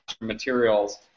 materials